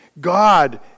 God